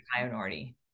minority